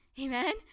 Amen